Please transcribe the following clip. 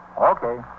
Okay